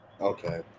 Okay